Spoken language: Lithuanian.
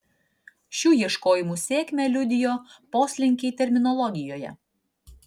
šių ieškojimų sėkmę liudijo poslinkiai terminologijoje